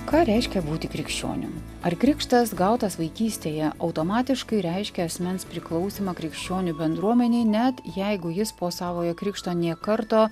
ką reiškia būti krikščionim ar krikštas gautas vaikystėje automatiškai reiškia asmens priklausymą krikščionių bendruomenei net jeigu jis po savojo krikšto nė karto